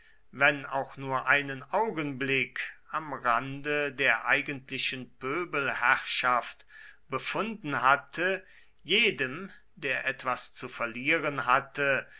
wenn auch nur einen augenblick am rande der eigentlichen pöbelherrschaft befunden hatte jedem der etwas zu verlieren hatte